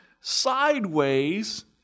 sideways